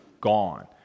gone